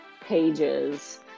pages